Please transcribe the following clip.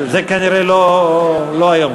זה כנראה לא היום.